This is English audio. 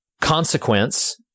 consequence